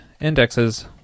indexes